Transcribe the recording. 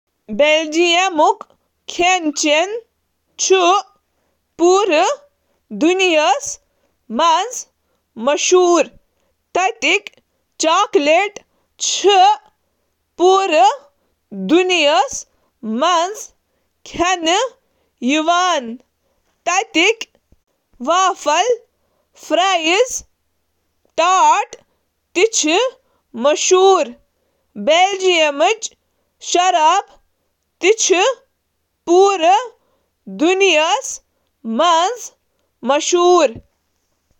بیلجیئمٕک کھٮ۪ن چھِ رٮ۪وٲیتی طور علاقٲیی تہٕ موسمی اجزاء انعام دِوان۔ بیلجیئم کیٚن پکنن منٛز مخصوص چیٖزن منٛز چھ آلو، لیک، گرے شرمپ، سفید ایسپریگس، بیلجیئم، گُرۍ ماز تہٕ مقٲمی بیئر شٲمل، امہ علاوٕ چھ عام یورپی سٹیپل یتھ منٛز ماز، پنیر تہٕ مکھن شٲمل چھِ۔